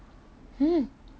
hmm